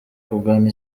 kugana